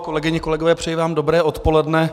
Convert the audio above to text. Kolegyně, kolegové, přeji vám dobré odpoledne.